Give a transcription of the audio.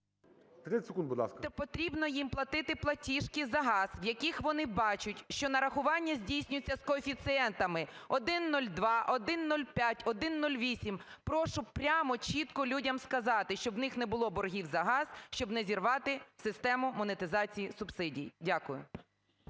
30 секунд, будь ласка.